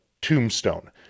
tombstone